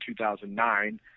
2009